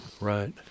Right